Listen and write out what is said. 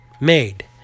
made